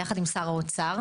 ביחד עם שר האוצר,